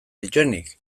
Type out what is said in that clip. dituenik